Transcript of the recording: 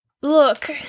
Look